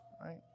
right